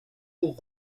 aux